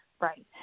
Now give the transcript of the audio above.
right